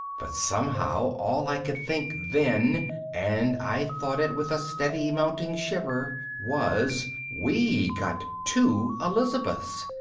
but somehow all i could think then and i thought it with a steady mounting shiver was, we got two elizabeths.